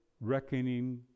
reckoning